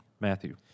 Matthew